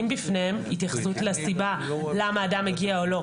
בפניהם התייחסות לסיבה למה אדם מגיע או לא.